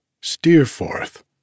Steerforth